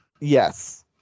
Yes